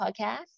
podcast